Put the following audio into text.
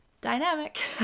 dynamic